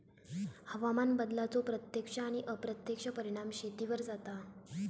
हवामान बदलाचो प्रत्यक्ष आणि अप्रत्यक्ष परिणाम शेतीवर जाता